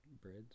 breads